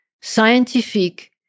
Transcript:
scientific